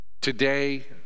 Today